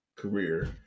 Career